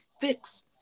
fix